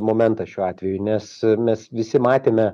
momentas šiuo atveju nes mes visi matėme